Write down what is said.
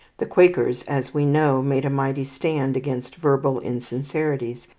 the quakers, as we know, made a mighty stand against verbal insincerities,